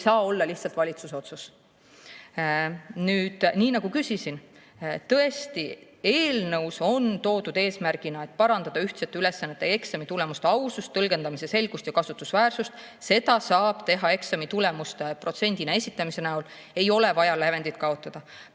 saa olla lihtsalt valitsuse otsus. Nii nagu ma küsisin, tõesti, eelnõus on eesmärgina toodud, et parandada ühtsete ülesannetega eksamitulemuste ausust, tõlgendamise selgust ja kasutusväärtust. Seda saab teha eksamitulemuste protsendina esitamise näol, ei ole vaja lävendit kaotada.